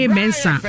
Mensa